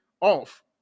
off